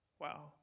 Wow